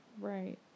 Right